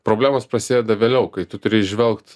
problemos prasideda vėliau kai tu turi įžvelgt